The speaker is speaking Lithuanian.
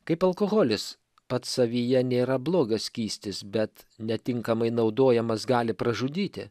kaip alkoholis pats savyje nėra blogas skystis bet netinkamai naudojamas gali pražudyti